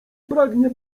pragnie